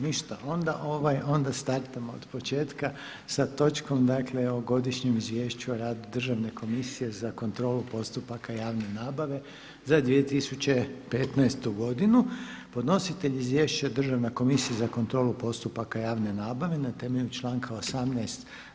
Ništa, onda startamo od početka sa točkom dakle o - Godišnje izvješće o radu Državne komisije za kontrolu postupaka javne nabave za 2015. godinu Podnositelj izvješća je Državna komisija za kontrolu postupaka javne nabave na temelju članka 18.